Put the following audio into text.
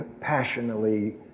passionately